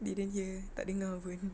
I didn't hear tak dengar pun